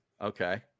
Okay